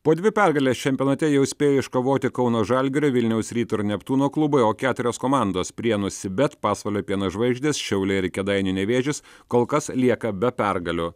po dvi pergales čempionate jau spėjo iškovoti kauno žalgirio vilniaus ryto ir neptūno klubai o keturios komandos prienų cbet pasvalio pieno žvaigždės šiauliai ir kėdainių nevėžis kol kas lieka be pergalių